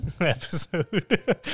episode